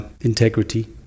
integrity